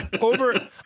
over